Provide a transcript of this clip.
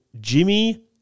Jimmy